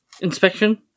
Inspection